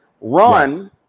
run